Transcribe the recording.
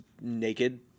naked